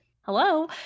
hello